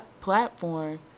platform